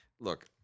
look